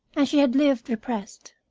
as she had lived repressed.